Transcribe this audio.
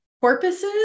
porpoises